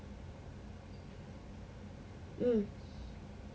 mm